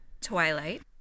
Twilight